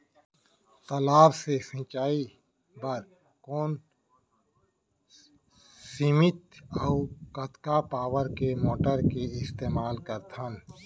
तालाब से सिंचाई बर कोन सीमित अऊ कतका पावर के मोटर के इस्तेमाल करथन?